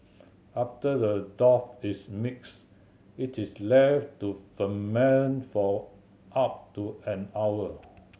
after the dough is mixed it is left to ferment for up to an hour